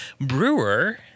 Brewer